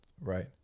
right